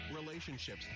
relationships